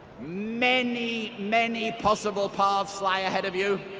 many, many possible paths lie ahead of you.